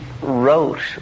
wrote